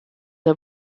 der